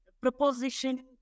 proposition